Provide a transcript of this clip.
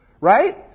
Right